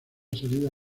salida